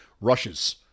rushes